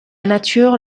nature